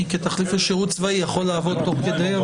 כתחליף לשירות צבאי יכול לעבוד תוך כדי.